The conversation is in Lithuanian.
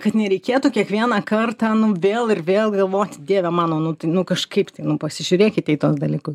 kad nereikėtų kiekvieną kartą nu vėl ir vėl galvoti dieve mano nu nu kažkaip tai nu pasižiūrėkite į tuos dalyku